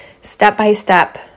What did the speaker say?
step-by-step